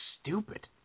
stupid